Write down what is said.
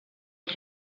els